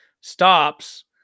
Stops